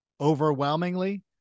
overwhelmingly